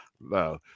no